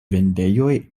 vendejoj